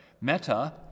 Meta